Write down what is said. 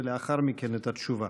ולאחר מכן את התשובה: